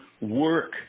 work